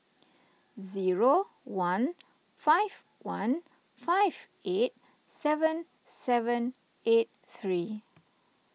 zero one five one five eight seven seven eight three